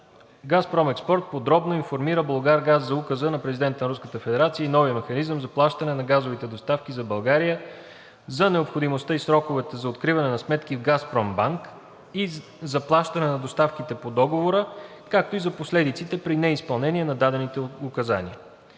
„Газпром Експорт“ подробно информира „Булгаргаз“ за Указа на президента на Руската федерация и новия механизъм за плащане на газовите доставки за България, за необходимостта и сроковете за откриване на сметки в „Газпромбанк“ за плащане на доставките по договора, както и за последиците при неизпълнение на дадените указания.